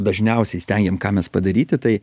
dažniausiai įstengiam ką mes padaryti tai